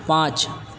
پانچ